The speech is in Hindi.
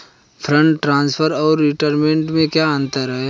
फंड ट्रांसफर और रेमिटेंस में क्या अंतर है?